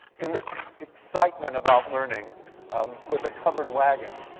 in this excitement about learning um with a covered wagon,